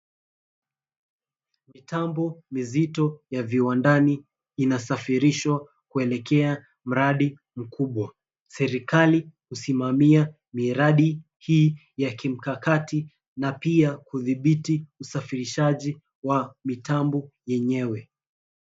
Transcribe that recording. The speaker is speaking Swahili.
Mitambo mizito ya viwandani inasafirishwa kuelekea mradi mkubwa, serikali husimamia miradi hii ya kimikakati na pia kudhibiti usafirishaji wa mitambo yenyewe.